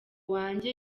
wanjye